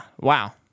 Wow